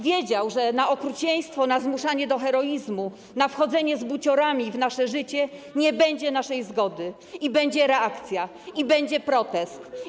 Wiedział, że na okrucieństwo, na zmuszanie do heroizmu, na wchodzenie buciorami w nasze życia nie będzie naszej zgody, że będzie reakcja, będzie protest.